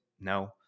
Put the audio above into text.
No